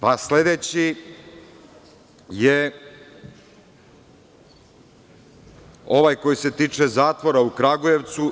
Pa, sledeći je ovaj koji se tiče zatvora u Kragujevcu.